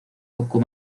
poco